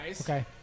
Okay